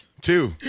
Two